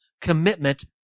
commitment